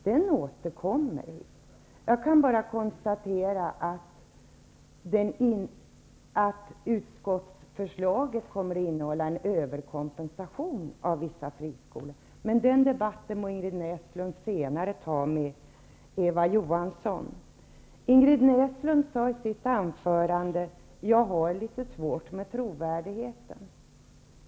Den återkommer vi till. Jag kan nu bara konstatera att utskottsförslaget kommer att innehålla en överkompensation för vissa friskolor. Men den debattet må Ingrid Näslund ta senare med Ingrid Näslund sade i sitt anförande: Jag har litet svårt med trovärdigheten.